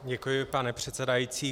Děkuji, pane předsedající.